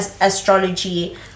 astrology